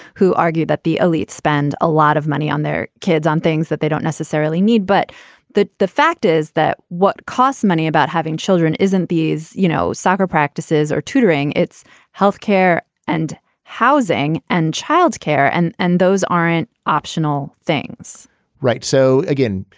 who argue that the elite spend a lot of money on their kids on things that they don't necessarily need, but that the fact is that what costs money about having children isn't these, you know, soccer practices or tutoring it's health care and housing and childcare. and and those aren't optional things right. so, again,